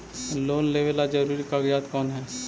Loan लेब ला जरूरी कागजात कोन है?